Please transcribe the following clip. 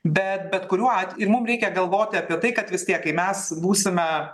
bet bet kuriuo atve ir mums reikia galvoti apie tai kad vis tiek kai mes būsime